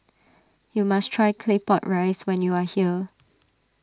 you must try Claypot Rice when you are here